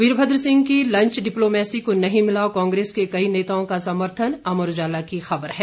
वीरभद्र सिंह की lunch diplomacy को नहीं मिला कांग्रेस के कई नेताओं का समर्थन अमर उजाला की खबर है